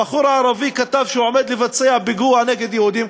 הבחור הערבי כתב שהוא עומד לבצע פיגוע נגד יהודים,